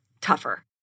tougher